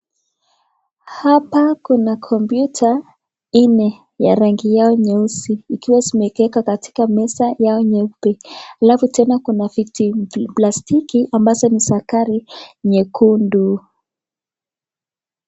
Hapa kuna kompyuta nne ya rangi yao nyeusi zikiwa zimeekwa katika meza yao nyeupe. Alafu tena kuna viti vya plastiki ambazo ni za gari nyekundu.